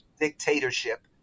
dictatorship